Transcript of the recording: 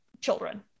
children